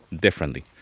differently